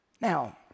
Now